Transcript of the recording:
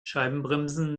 scheibenbremsen